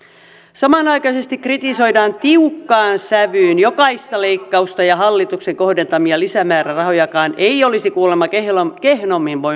samanaikaisesti kritisoidaan tiukkaan sävyyn jokaista leikkausta ja hallituksen kohdentamia lisämäärärahojakaan ei olisi kuulemma kehnommin kehnommin